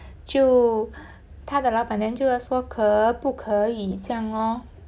就他的老板娘就要说可不可以这样哦